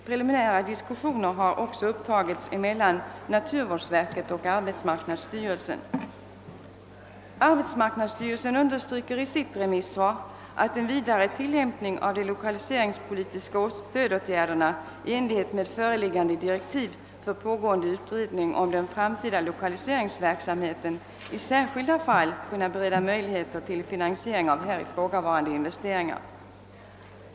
Preliminära diskussioner i dessa frågor har upptagits mellan naturvårdsverket och arbetsmarknadsstyrelsen.» Arbetsmarknadsstyrelsen understryker i sitt remissvar, att en vidare tilllämpning av de lokaliseringspolitiska stödåtgärderna i enlighet med föreliggande direktiv för pågående utredning om den framtida lokaliseringsverksamheten i särskilda fall kan bereda möjligheter till finansiering av här ifrågavarande investeringar.